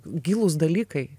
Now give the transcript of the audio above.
gilūs dalykai